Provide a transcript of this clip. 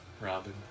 Robin